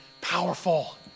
powerful